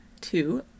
two